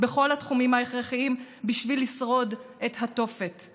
בכל התחומים ההכרחיים בשביל לשרוד את התופת,